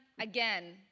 again